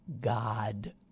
God